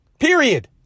period